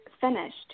finished